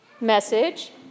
message